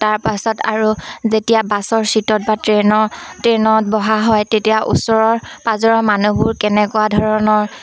তাৰপাছত আৰু যেতিয়া বাছৰ চিটত বা ট্ৰেইনৰ ট্ৰেইনত বহা হয় তেতিয়া ওচৰৰ পাঁজৰৰ মানুহবোৰ কেনেকুৱা ধৰণৰ